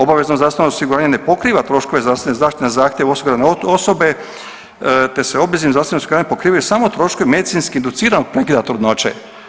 Obavezno zdravstveno osiguranje ne pokriva troškove zdravstvene zaštite na zahtjev osigurane osobe te se obveznim zdravstvenim osiguranjem pokrivaju samo troškovi medicinski dociranog prekida trudnoće.